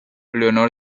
leonor